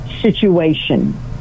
situation